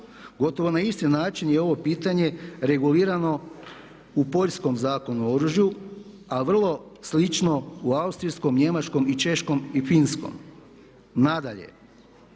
Gotovo na isti način je ovo pitanje regulirano u poljskom Zakonu o oružju a vrlo slično u austrijskom, njemačkom, češkom i finskom. Nadalje,